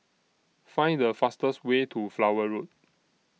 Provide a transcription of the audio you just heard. Find The fastest Way to Flower Road